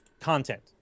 content